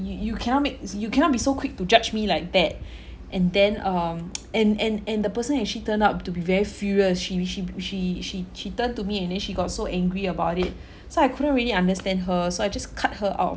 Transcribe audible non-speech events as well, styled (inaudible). you you cannot make you cannot be so quick to judge me like that (breath) and then um (noise) and and and the person actually turned out to be very furious she she she she she turned to me and then she got so angry about it so I couldn't really understand her so I just cut her out